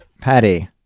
patty